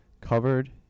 covered